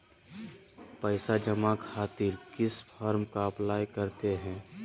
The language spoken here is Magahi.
पैसा जमा खातिर किस फॉर्म का अप्लाई करते हैं?